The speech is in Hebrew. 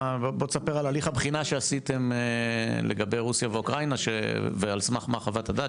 ספר על הליך הבחינה שעשיתם לגבי רוסיה ואוקראינה ועל סמך מה חוות הדעת